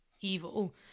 evil